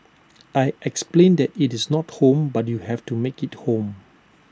I explained that it's not home but you have to make IT home